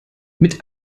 mit